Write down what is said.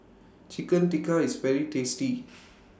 Chicken Tikka IS very tasty